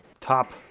top